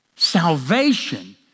Salvation